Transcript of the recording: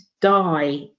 die